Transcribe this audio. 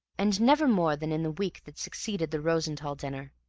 and never more than in the week that succeeded the rosenthall dinner.